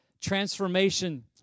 transformation